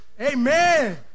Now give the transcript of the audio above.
Amen